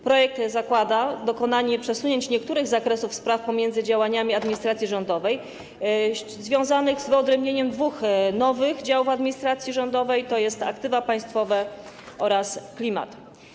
Projekt zakłada dokonanie przesunięć niektórych zakresów spraw pomiędzy działami administracji rządowej, związanych z wyodrębnieniem dwóch nowych działów administracji rządowej, tj. aktywa państwowe oraz klimat.